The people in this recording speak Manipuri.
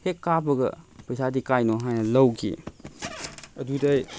ꯍꯦꯛ ꯀꯥꯞꯄꯒ ꯄꯩꯁꯥꯗꯤ ꯀꯔꯥꯏꯅ ꯍꯥꯏꯅ ꯂꯧꯈꯤ ꯑꯗꯨꯗꯒꯤ